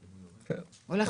לגודש.